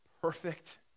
perfect